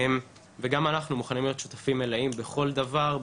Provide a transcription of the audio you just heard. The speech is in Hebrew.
וגם אנחנו מוכנים להיות שותפים מלאים בכל דבר,